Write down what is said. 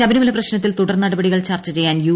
ശബരിമല പ്രശ്നത്തിൽ തുടർ നടപടികൾ ചർച്ച ചെയ്യാൻ യു